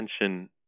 attention